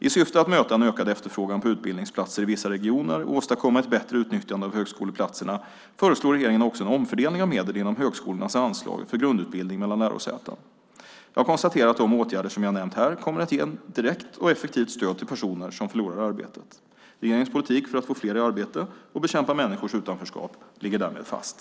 I syfte att möta en ökad efterfrågan på utbildningsplatser i vissa regioner och åstadkomma ett bättre utnyttjande av högskoleplatserna föreslår regeringen också en omfördelning av medel inom högskolornas anslag för grundutbildning mellan lärosäten. Jag konstaterar att de åtgärder som jag nämnt här kommer att ge ett direkt och effektivt stöd till personer som förlorar arbetet. Regeringens politik för att få fler i arbete och bekämpa människors utanförskap ligger därmed fast.